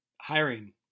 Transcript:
hiring